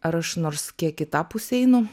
ar aš nors kiek į tą pusę einu